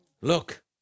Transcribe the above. Look